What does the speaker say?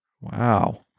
wow